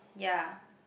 ya